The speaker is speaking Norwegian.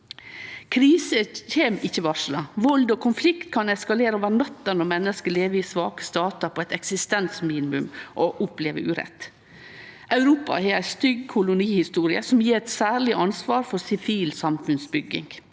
Kriser kjem ikkje varsla. Vald og konflikt kan eskalere over natta når menneske lever i svake statar på eit eksistensminimum og opplever urett. Europa har ei stygg kolonihistorie, som gjev eit særleg ansvar for sivil samfunnsbygging.